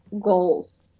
goals